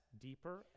deeper